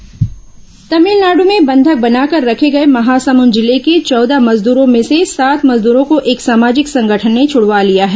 बंधक मजदूर तमिलनाडु में बंधक बनाकर रखे गए महासमुद जिले के चौदह मजदूरो में से सात मजदूरो को एक सामाजिक संगठन ने छड़वा लिया है